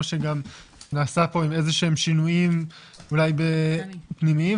שגם נעשה פה עם איזשהם שינויים אולי פנימיים,